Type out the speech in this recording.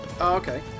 okay